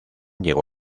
llegó